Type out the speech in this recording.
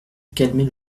calmer